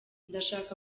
ndashaka